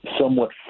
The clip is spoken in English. somewhat